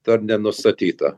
dar nenustatyta